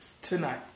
Tonight